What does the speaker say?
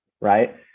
right